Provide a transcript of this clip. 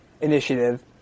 initiative